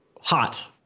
Hot